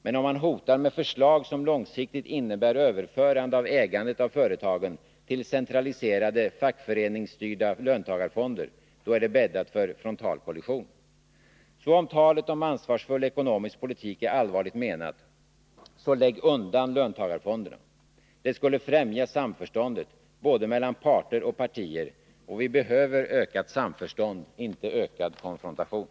Men om man hotar med förslag som långsiktigt innebär överförande av ägandet av företagen till centraliserade fackföreningsstyrda löntagarfonder, då är det bäddat för frontalkollision. Om talet om ansvarsfull ekonomisk politik är allvarligt menat — lägg då undan löntagarfonderna! Det skulle främja samförståndet mellan både parter och partier. Och vi behöver ökat samförstånd, inte ökad konfrontation.